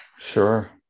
Sure